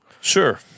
Sure